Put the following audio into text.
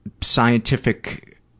scientific